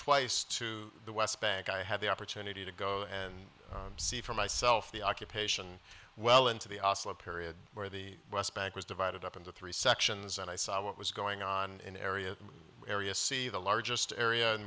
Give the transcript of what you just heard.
twice to the west bank i had the opportunity to go and see for myself the occupation well into the oslo period where the west bank was divided up into three sections and i saw what was going on in the area area see the largest area in